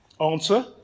Answer